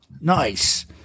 Nice